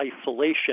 isolation